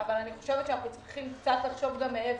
אבל אני חושבת שאנחנו צריכים קצת לחשוב מעבר.